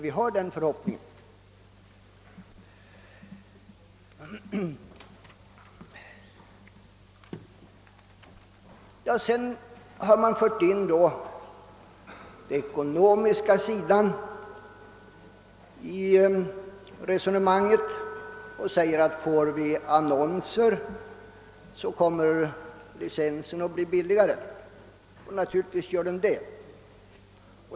Frågan om licensavgifternas storlek har också förts in i resonemanget. Och detta icke utan fog. Får vi annonser i TV kommer licensen att bli lägre, säger man, och naturligtvis blir den det.